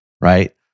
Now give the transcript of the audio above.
right